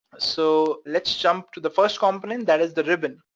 so, let's jump to the first component that is the ribbon,